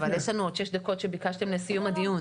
אבל יש לנו עוד שש דקות שביקשתם לסיום הדיון.